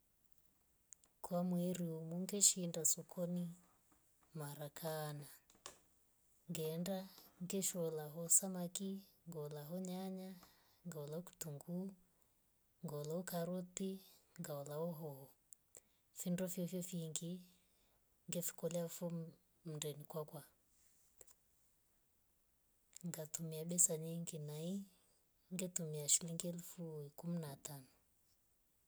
Kwa mweru munge shiinda sokoni mara kaana. ngeenda ngeshlwaa hoo samaki. ngola hoo nyanya. ngolo kitungu. ngolo karoti. ngolo hoho. findo fyefye fiingi ngefukuliya ufoni ndenikwakwa. ngatumia besa nyingi nai ngatumia shilingi elfu ikumi na tano.